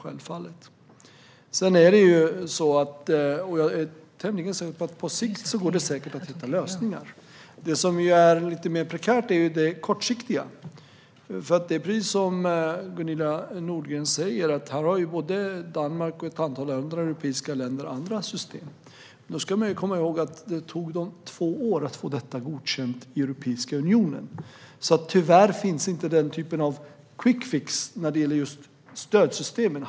Jag är tämligen säker på att det på sikt säkert går att hitta lösningar. Det som är lite mer prekärt är det kortsiktiga. Precis som Gunilla Nordgren säger har både Danmark och ett antal andra europeiska länder andra system. Vi ska komma ihåg att det tog dem två år att få dem godkända i Europeiska unionen. Tyvärr finns inte den typen av quickfix när det gäller just stödsystemen.